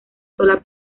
sola